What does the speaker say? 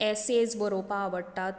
essays बरोवपाक आवडटात